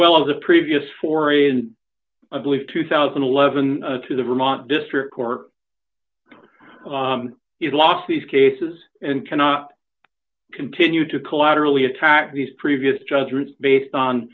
well as the previous four a and i believe two thousand and eleven to the vermont district court it's lost these cases and cannot continue to collaterally attack these previous judgments based on